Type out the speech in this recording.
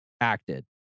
acted